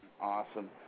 Awesome